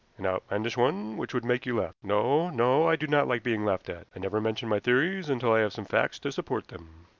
an outlandish one which would make you laugh. no, no i do not like being laughed at. i never mention my theories until i have some facts to support them.